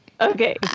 Okay